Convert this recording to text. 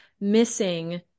missing